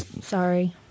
Sorry